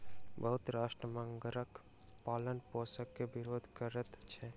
बहुत राष्ट्र मगरक पालनपोषण के विरोध करैत अछि